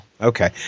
Okay